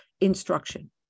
instruction